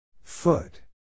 Foot